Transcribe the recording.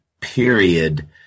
period